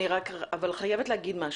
אני חייבת להגיד משהו.